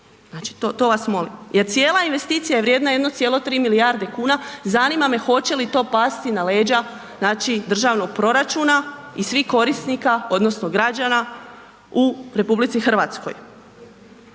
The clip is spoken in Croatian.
znači to vas molim. Jer cijela investicija je vrijedna 1,3 milijarde kuna, zanima me hoće li to pasti na leđa, znači državnog proračuna i svih korisnika odnosno građana u RH. Isto tako